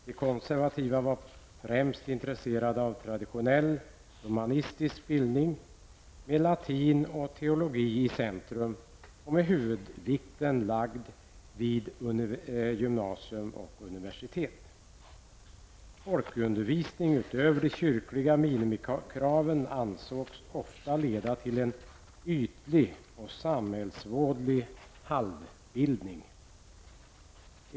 De konservativa var främst intresserade av traditionell humanistisk bildning, med latin och teologi i centrum och med huvudvikten lagd vid gymnasium och universitet. Folkundervisning utöver de kyrkliga minimikraven ansågs ofta leda till en ytlig och samhällsvådlig halvbildning.